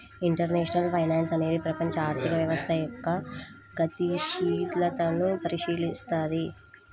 international finance అనేది ప్రపంచ ఆర్థిక వ్యవస్థ యొక్క గతిశీలతను పరిశీలిత్తది